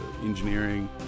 engineering